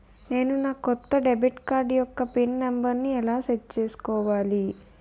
నేను నా కొత్త డెబిట్ కార్డ్ యెక్క పిన్ నెంబర్ని ఎలా సెట్ చేసుకోవాలి?